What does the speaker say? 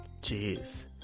Jeez